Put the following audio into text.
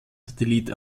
satellit